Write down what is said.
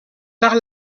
par